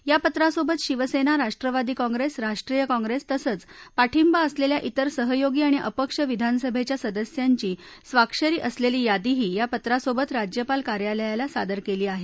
या पत्रासोबत शिवसेना राष्ट्रवादी काँग्रेस राष्ट्रीय काँग्रेस तसंच पाठिंबा असलेल्या तिर सहयोगी आणि अपक्ष विधानसभेच्या सदस्यांची स्वाक्षरी असलेली यादीही या पत्रासोबत राज्यपाल कार्यालयाला सादर केली आहे